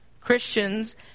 Christians